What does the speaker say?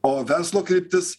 o verslo kryptis